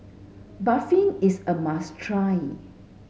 Barfi is a must try